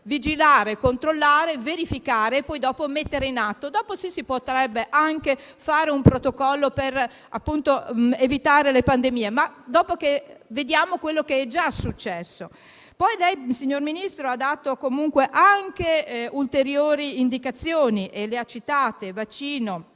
vigilare, controllare, verificare e poi mettere in atto; dopo, sì, si potrebbe predisporre un protocollo per evitare le pandemie, ma dopo aver visto quello che è già successo. Lei, signor Ministro, ha dato comunque anche ulteriori indicazioni, che ha citato (vaccino;